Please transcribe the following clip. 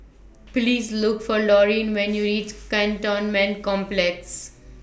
Please Look For Lorene when YOU REACH Cantonment Complex